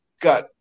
got